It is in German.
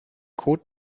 kot